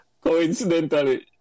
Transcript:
Coincidentally